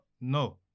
No